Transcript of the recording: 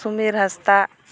Samir Hansda